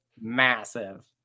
massive